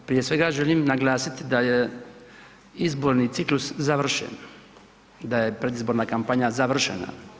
Prije svega želim naglasiti da je izborni ciklus završen, da je predizborna kampanja završena.